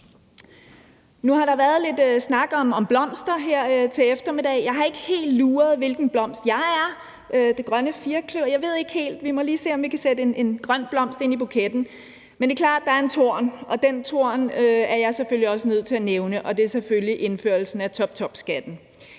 Nu har der været lidt snak om blomster her til eftermiddag, og jeg har ikke helt luret, hvilken blomst jeg er – måske den grønne firkløver. Jeg ved det ikke helt, så vi må lige se, om vi kan sætte en grøn blomst ind i buketten. Men der er også en torn, og den torn er jeg selvfølgelig også nødt til at nævne. Det er selvfølgelig indførelsen af toptopskatten.